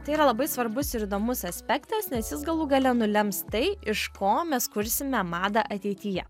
tai yra labai svarbus ir įdomus aspektas nes jis galų gale nulems tai iš ko mes kursime madą ateityje